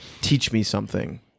teach-me-something